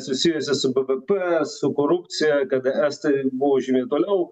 susijusias su bvp su korupcija kad estai buvo žymiai toliau